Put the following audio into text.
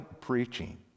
preaching